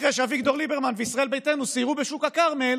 אחרי שאביגדור ליברמן וישראל ביתנו סיירו בשוק הכרמל